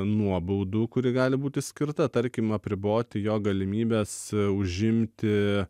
nuobaudų kuri gali būti skirta tarkim apriboti jo galimybes užimti